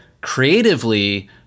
creatively